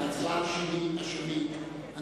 הצבעה שמית.